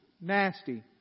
nasty